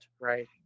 Right